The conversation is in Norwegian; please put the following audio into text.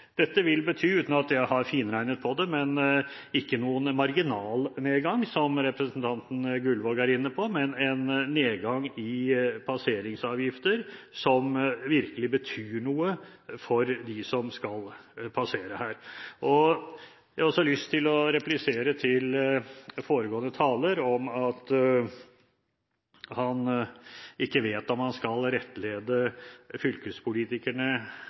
Dette vil bety, uten at jeg har finregnet på det, ikke noen marginal nedgang, som representanten Gullvåg er inne på, men en nedgang i passeringsavgifter som virkelig betyr noe for dem som skal passere her. Jeg har også lyst til å replisere til foregående taler når han sier at han ikke vet om han skal rettlede fylkespolitikerne